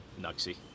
Nuxie